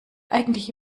eigentliche